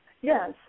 Yes